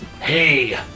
hey